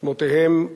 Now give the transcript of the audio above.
שמותיהם: